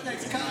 הכפיים